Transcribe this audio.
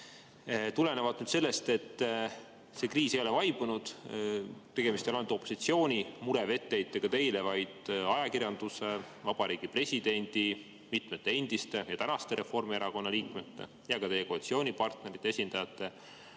Tulenevalt sellest, et see kriis ei ole vaibunud, et tegemist ei ole ainult opositsiooni mure või etteheitega teile, vaid ajakirjanduse, Vabariigi Presidendi, mitmete endiste ja tänaste Reformierakonna liikmete ja ka teie koalitsioonipartnerite esindajate